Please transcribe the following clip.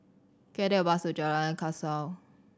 can I take a bus to Jalan Kasau